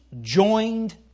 Joined